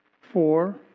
four